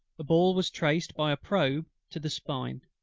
the ball was traced by a probe to the spine,